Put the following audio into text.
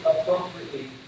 appropriately